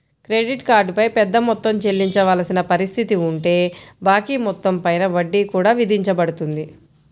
credit card పై పెద్ద మొత్తం చెల్లించవలసిన పరిస్థితి ఉంటే బాకీ మొత్తం పై వడ్డీ కూడా విధించబడుతుంది